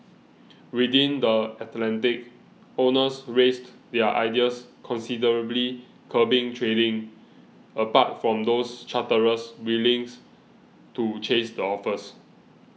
within the Atlantic owners raised their ideas considerably curbing trading apart from those charterers willing to chase the offers